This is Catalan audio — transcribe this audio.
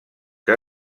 que